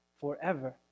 forever